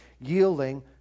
yielding